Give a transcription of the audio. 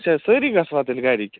اَچھا سٲری گَژھوا تیٚلہِ گَرِکۍ